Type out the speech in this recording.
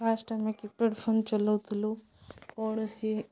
first ଆମେ keypad phone ଚଲଉଥିଲୁ କୌଣସି